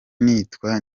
nitwa